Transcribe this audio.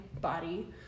body